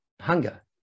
hunger